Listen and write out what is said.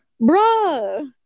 bro